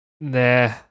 nah